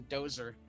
Dozer